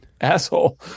asshole